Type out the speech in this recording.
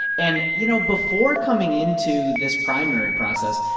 and, you know, before coming into this primary process,